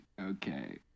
Okay